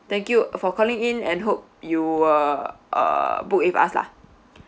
thank you for calling in and hope you err err book with us lah